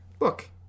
Look